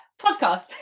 podcast